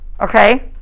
okay